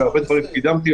הרבה דברים קידמתי,